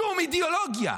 שום אידיאולוגיה.